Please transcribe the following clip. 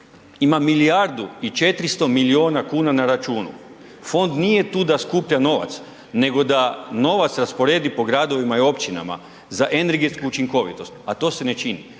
ima milijardu i 400 milijuna kuna na računu, fond nije tu da skuplja novac nego da novac rasporedi po gradovima i općinama za energetsku učinkovitost, a to se ne čini.